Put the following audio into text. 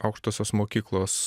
aukštosios mokyklos